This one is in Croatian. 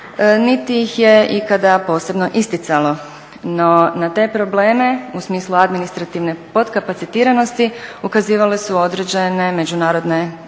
niti ih je ikada posebno isticalo. No na te probleme u smislu administrativne potkapacitiranosti ukazivale su određene međunarodne institucije